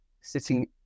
sitting